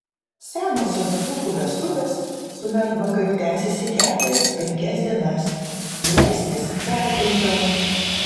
senosios dzūkų vestuvės su mergvakariu tęsėsi keturias penkias dienas vėlesnės dar trumpiau